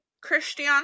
Christian